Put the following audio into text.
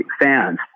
fans